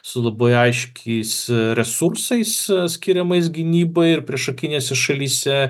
su labai aiškiais resursais skiriamais gynybai ir priešakinėse šalyse